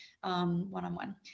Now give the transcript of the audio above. one-on-one